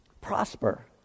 prosper